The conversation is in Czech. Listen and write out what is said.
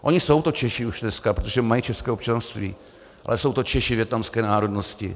Oni jsou to Češi už dneska, protože mají české občanství, ale jsou to Češi vietnamské národnosti.